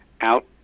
out